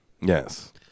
Yes